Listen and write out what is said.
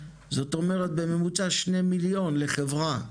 זאת אומרת בממוצע 2 מיליון לחברה.